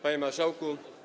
Panie Marszałku!